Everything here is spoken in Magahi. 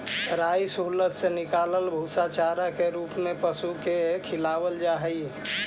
राइस हुलस से निकलल भूसा चारा के रूप में पशु के खिलावल जा हई